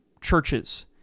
churches